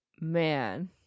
man